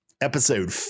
episode